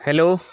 hello